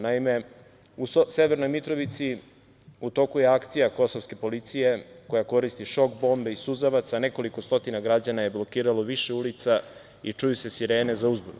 Naime, u Severnoj Mitrovici, u toku je akcija kosovske policije koja koristi šok bombe i suzavac a nekoliko stotina građana je blokiralo više ulica i čuju se sirene za uzbunu.